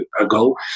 ago